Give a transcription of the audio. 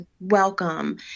welcome